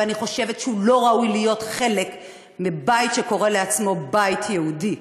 ואני חושבת שהוא לא ראוי להיות חלק מבית שקורא לעצמו בית יהודי.